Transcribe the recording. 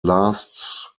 lasts